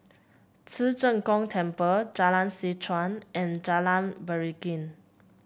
Ci Zheng Gong Temple Jalan Seh Chuan and Jalan Beringin